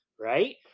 Right